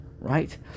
right